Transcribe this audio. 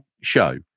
show